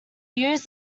used